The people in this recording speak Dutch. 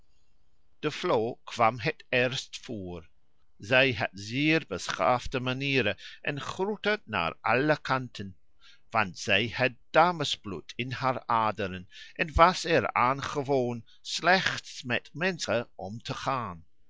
de vloo kwam het eerst voor zij had zeer beschaafde manieren en groette naar alle kanten want zij had damesbloed in haar aderen en was er aan gewoon slechts met menschen om te gaan